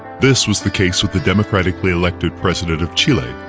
this was the case with the democratically elected president of chile,